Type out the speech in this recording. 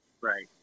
Right